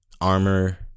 armor